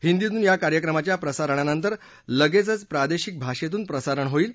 हिंदीतून या कार्यक्रमाच्या प्रसारणानंतर लगेचच प्रादेशिक भाषेतून प्रसारण होईल